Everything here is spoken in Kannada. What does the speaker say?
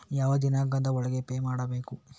ಯಾವ ದಿನಾಂಕದ ಒಳಗೆ ಪೇ ಮಾಡಬೇಕು?